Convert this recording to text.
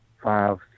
five